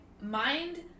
mind